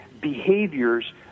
behaviors